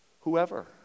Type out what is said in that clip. Whoever